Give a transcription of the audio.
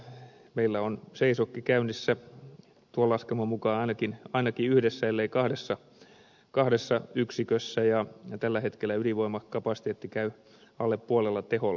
meillä on seisokki käynnissä tuon laskelman mukaan ainakin yhdessä ellei kahdessa yksikössä ja tällä hetkellä ydinvoimakapasiteetti käy alle puolella teholla